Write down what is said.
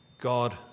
God